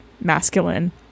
masculine